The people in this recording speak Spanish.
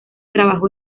trabajó